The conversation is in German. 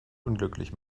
unglücklich